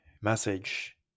message